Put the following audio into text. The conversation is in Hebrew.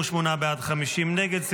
58 בעד, 50 נגד.